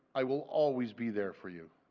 i will always be there for you.